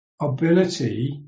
ability